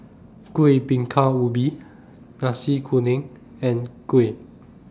Kuih Bingka Ubi Nasi Kuning and Kuih